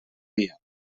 dia